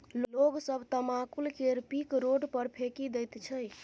लोग सब तमाकुल केर पीक रोड पर फेकि दैत छै